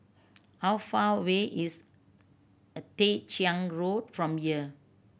how far away is a Tah Ching Road from here